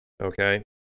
okay